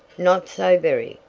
not so very.